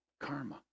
Karma